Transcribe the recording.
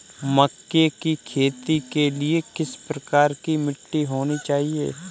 मक्के की खेती के लिए किस प्रकार की मिट्टी होनी चाहिए?